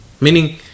Meaning